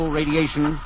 radiation